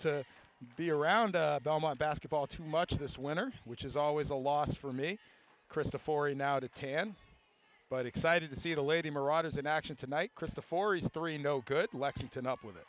to be around belmont basketball too much this winter which is always a loss for me krista for an out of ten but excited to see the lady mirages in action tonight krista for his three no good lexington up with